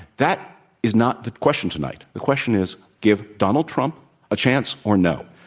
that is not the question tonight. the question is, give donald trump a chance or no?